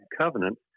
covenant